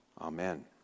Amen